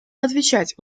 отвечать